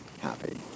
happy